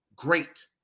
Great